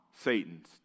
Satan's